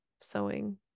sewing